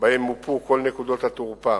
שבהם מופו כל נקודות התורפה